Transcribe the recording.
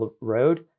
road